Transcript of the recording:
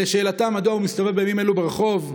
לשאלתם מדוע הוא מסתובב בימים אלו ברחוב,